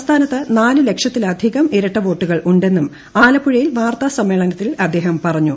സംസ്ഥാനത്ത് നാല് ലക്ഷത്തിലധികം ഇരട്ട വോട്ടുകൾ ഉണ്ടെന്നും ആലപ്പുഴയിൽ വാർത്താസമ്മേളനത്തിൽ അദ്ദേഹം പറഞ്ഞു